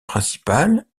principal